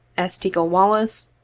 s. teackle wallis,